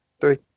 Three